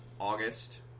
August